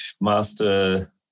master